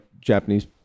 japanese